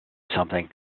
something